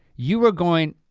you were going,